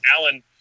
Alan